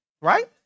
right